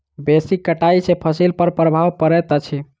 बेसी कटाई सॅ फसिल पर प्रभाव पड़ैत अछि